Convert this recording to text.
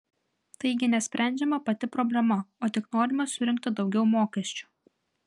taigi nesprendžiama pati problema o tik norima surinkti daugiau mokesčių